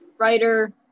writer